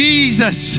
Jesus